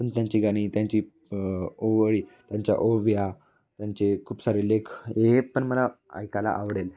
पण त्यांची गाणी त्यांची ओवी त्यांच्या ओव्या त्यांचे खूप सारे लेख हेपण मला ऐकायला आवडेल